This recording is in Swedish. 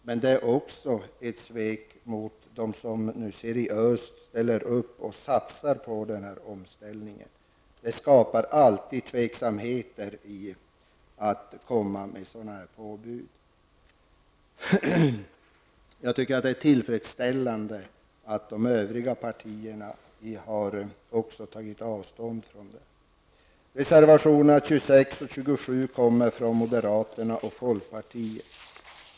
Men det är också ett svek mot dem som nu seriöst ställer upp och satsar på den här omställningen. Det skapar alltid tveksamheter när man kommer med sådana här påbud. Det är tillfredsställande att de övriga partierna har tagit avstånd från detta. Reservationerna 26 och 27 kommer från moderaterna och folkpartiet.